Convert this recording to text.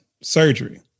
surgery